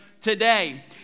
today